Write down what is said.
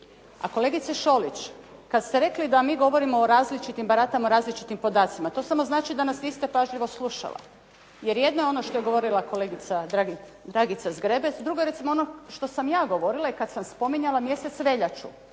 A kolegice Šolić, kada ste rekli da mi govorimo o različitim, baratamo različitim podacima, to samo znači da nas niste pažljivo slušala. Jer jedno je ono što je govorila kolegica Dragica Zgrebec, drugo je recimo ono što sam ja govorila i kada sam spominjala mjesec veljaču